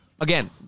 again